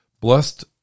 blessed